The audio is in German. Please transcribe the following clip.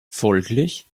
folglich